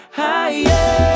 higher